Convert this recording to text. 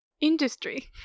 industry